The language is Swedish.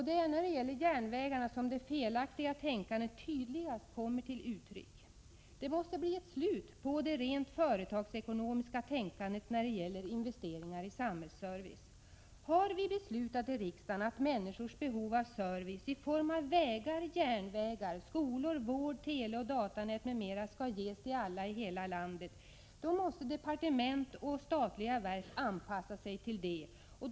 Det är i fråga om järnvägarna som det felaktiga tänkandet tydligast kommer till uttryck. Det måste bli ett slut på det rent företagsekonomiska tänkandet vid investeringar i samhällsservice. Har vi beslutat i riksdagen att människors behov av service i form av vägar, järnvägar, skolor, vård, teleoch datanät, m.m. skall ges till alla i hela landet, då måste departement och statliga verk anpassa sig till detta.